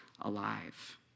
alive